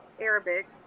Arabic